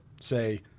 say